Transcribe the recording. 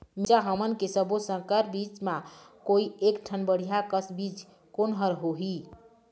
मिरचा हमन के सब्बो संकर बीज म कोई एक ठन बढ़िया कस बीज कोन हर होए?